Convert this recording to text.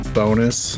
bonus